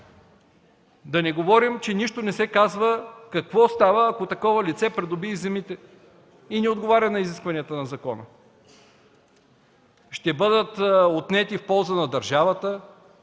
Да не говорим, че нищо не се казва какво става, ако такова лице придобие земите и не отговаря на изискванията на закона? Ще бъдат отнети в полза на държавата